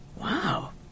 wow